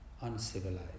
uncivilized